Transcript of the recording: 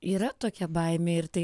yra tokia baimė ir tai